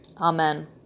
Amen